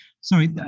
Sorry